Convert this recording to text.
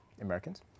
Americans